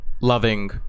loving